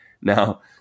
Now